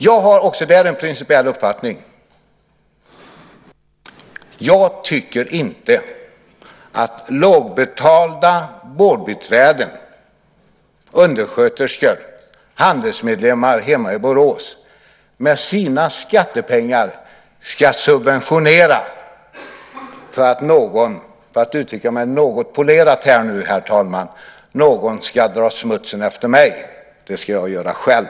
Jag har också där en principiell uppfattning: Jag tycker inte att lågbetalda vårdbiträden, undersköterskor, Handelsmedlemmar hemma i Borås med sina skattepengar ska subventionera, för att uttrycka mig något polerat, herr talman, att någon ska ta hand om smutsen efter mig. Det ska jag göra själv.